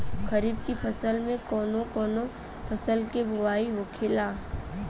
खरीफ की फसल में कौन कौन फसल के बोवाई होखेला?